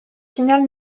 finale